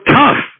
tough